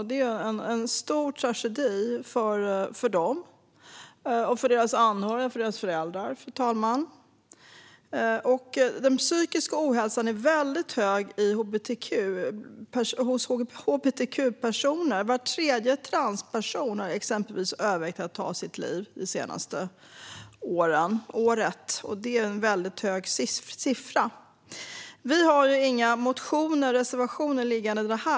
Det är en stor tragedi för dem, deras anhöriga och föräldrar, fru talman. Den psykiska ohälsan är väldigt hög hos hbtq-personer. Var tredje transperson har till exempel övervägt att ta sitt liv det senaste året. Det är en väldigt hög siffra. Vi har inga motioner eller reservationer om detta.